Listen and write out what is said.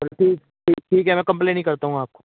चलो ठीक ठीक ठीक है मैं कंप्लेन ही करता हूँ आपको